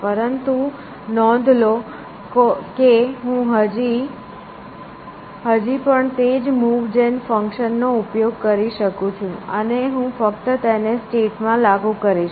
પરંતુ નોંધ લો કે હું હજી પણ તે જ મૂવ જેન ફંક્શન નો ઉપયોગ કરી શકું છું અને હું ફક્ત તેને સ્ટેટ માં લાગુ કરીશ